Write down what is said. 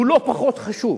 שהוא לא פחות חשוב,